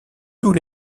tous